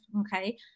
Okay